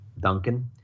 Duncan